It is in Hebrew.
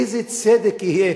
איזה צדק יהיה?